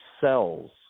cells